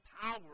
power